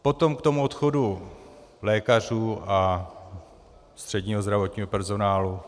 Potom k tomu odchodu lékařů a středního zdravotního personálu.